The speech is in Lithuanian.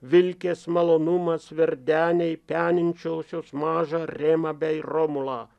vilkės malonumas verdenei pianinčiosios mažą rėmą bei romulą